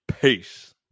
peace